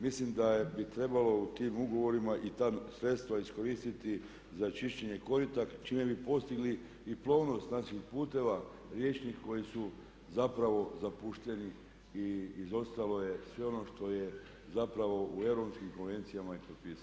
Mislim da bi trebalo u tim ugovorima i ta sredstva iskoristiti za čišćenje korita čime bi postigli i plovnost naših putova riječnih koji su zapravo zapušteni i izostalo je sve ono što je zapravo u europskim konvencijama i potpisano.